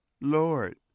Lord